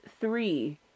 three